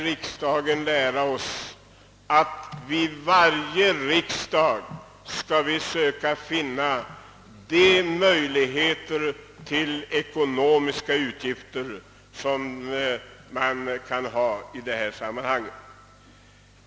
Vi måste lära oss att vi vid varje särskild riksdag måste försöka finna täckning för de utgifter som vi har på detta område.